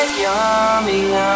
yummy